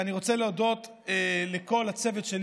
אני רוצה להודות לליאת רון,